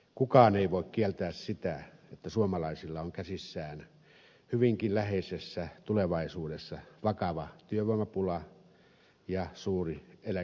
kukaan ei voi kieltää sitä että suomalaisilla on käsissään hyvinkin läheisessä tulevaisuudessa vakava työvoimapula ja suuri eläkeläisväestö